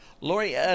Lori